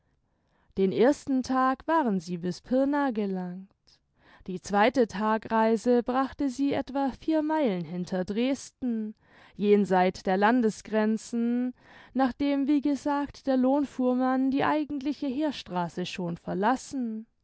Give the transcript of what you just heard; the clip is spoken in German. den ersten tag waren sie bis pirna gelangt die zweite tagreise brachte sie etwa vier meilen hinter dresden jenseit der landes grenzen nachdem wie gesagt der lohnfuhrmann die eigentliche heerstraße schon verlassen